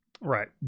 right